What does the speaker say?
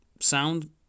sound